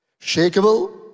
shakable